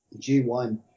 G1